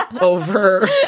over